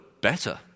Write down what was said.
better